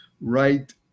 right